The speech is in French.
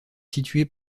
situé